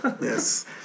Yes